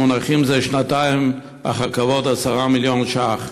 מונחים זה שנתיים אחר כבוד 10 מיליון ש"ח.